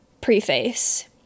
preface